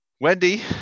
Wendy